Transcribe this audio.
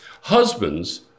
Husbands